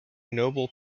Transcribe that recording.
noble